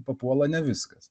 papuola ne viskas